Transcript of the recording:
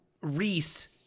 Reese